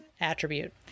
attribute